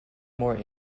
more